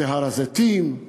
זה הר-הזיתים,